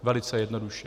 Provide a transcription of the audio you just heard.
Velice jednoduše.